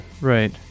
Right